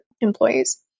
employees